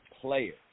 players